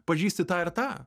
pažįsti tą ir tą